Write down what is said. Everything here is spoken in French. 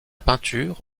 peinture